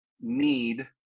need